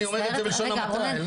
אני אומר את זה בלשון המעטה.